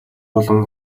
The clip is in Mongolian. болон